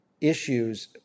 issues